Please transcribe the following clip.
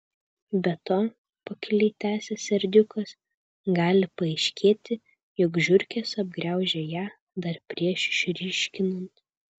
be to pakiliai tęsė serdiukas gali paaiškėti jog žiurkės apgraužė ją dar prieš išryškinant